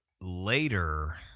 later